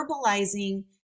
verbalizing